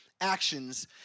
actions